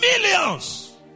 millions